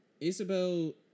Isabel